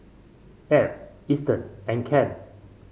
Ab Easton and Kent